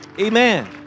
Amen